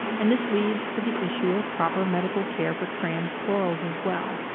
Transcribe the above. and this leads to the issue of proper medical care for trans plurals as well.